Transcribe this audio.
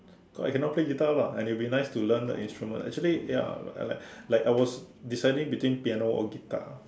cause I cannot play guitar lah and it will be nice to learn an instrument actually ya I like like I was deciding between piano or guitar